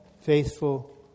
faithful